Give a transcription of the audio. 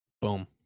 Boom